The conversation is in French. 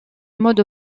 mode